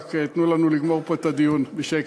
רק תנו לנו לגמור פה את הדיון בשקט.